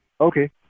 Okay